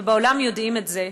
ובעולם יודעים את זה.